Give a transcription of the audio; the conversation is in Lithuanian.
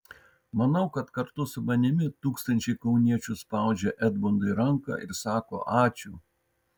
manau kad kartu su manimi tūkstančiai kauniečių spaudžia edmundui ranką ir sako ačiū